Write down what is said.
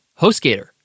HostGator